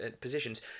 positions